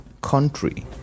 country